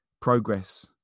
progress